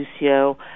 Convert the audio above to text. Lucio